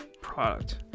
product